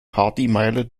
partymeile